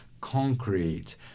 concrete